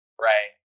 Right